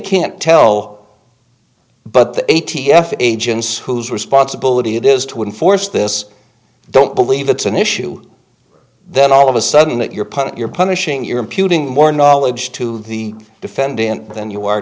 can't tell but the a t f agents whose responsibility it is to enforce this don't believe it's an issue that all of a sudden that you're part of you're punishing your imputing more knowledge to the defendant than you are